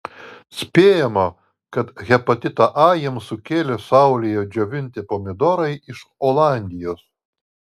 spėjama kad hepatitą a jiems sukėlė saulėje džiovinti pomidorai iš olandijos